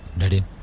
daddy,